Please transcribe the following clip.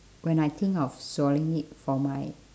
when I think of swallowing it for my